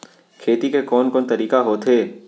खेती के कोन कोन तरीका होथे?